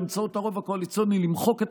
באמצעות הרוב הקואליציוני למחוק את